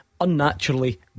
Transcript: unnaturally